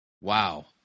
Wow